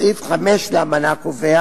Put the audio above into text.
סעיף 5 לאמנה קובע